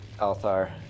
Althar